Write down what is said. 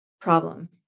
problem